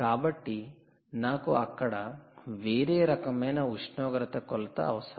కాబట్టి నాకు అక్కడ వేరే రకమైన ఉష్ణోగ్రత కొలత అవసరం